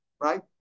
right